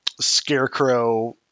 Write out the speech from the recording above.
scarecrow